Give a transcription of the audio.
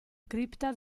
cripta